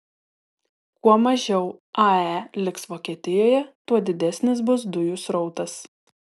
kuo mažiau ae liks vokietijoje tuo didesnis bus dujų srautas